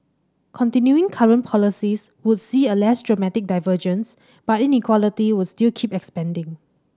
continuing current policies would see a less dramatic divergence but inequality would still keep expanding